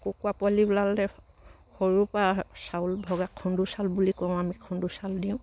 কুকুৰা পোৱালি ওলালে সৰুৰ পৰা চাউল ভগা খুন্দো চাউল বুলি কওঁ আমি খুন্দো চাউল দিওঁ